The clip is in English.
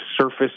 surface